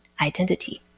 identity